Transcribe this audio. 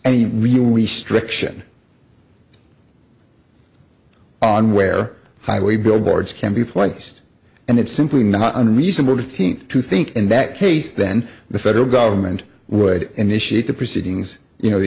any real we stricture on where highway billboards can be placed and it's simply not unreasonable to think to think in that case then the federal government would initiate the proceedings you know